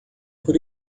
por